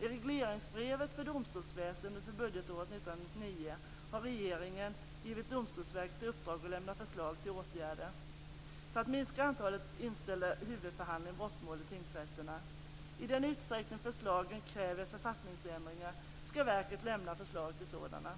I regleringsbrevet för domstolsväsendet för budgetåret 1999 har regeringen givit Domstolsverket i uppdrag att lämna förslag till åtgärder för att minska antalet inställda huvudförhandlingar i brottmål vid tingsrätterna. I den utsträckning förslagen kräver författningsändringar ska verket lämna förslag till sådana.